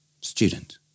Student